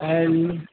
and